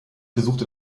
besuchte